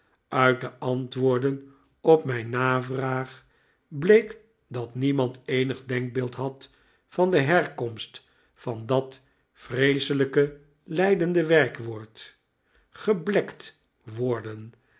uit de antwoorden op mijn navraag bleek dat niemand eenig denkbeeld had van de herkomst van dat vreeselijke lijdende werkwoord geblekt worden